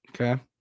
Okay